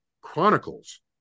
chronicles